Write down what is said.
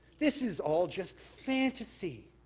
this is all just fantasy.